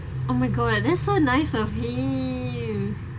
oh my god that's so nice of him